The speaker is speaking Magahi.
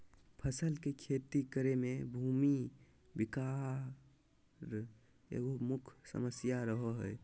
फसल के खेती करे में भूमि विकार एगो मुख्य समस्या रहो हइ